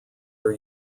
are